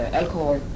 alcohol